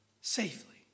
safely